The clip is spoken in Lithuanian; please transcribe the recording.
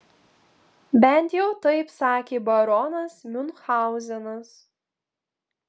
bent jau taip sakė baronas miunchauzenas